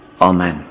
Amen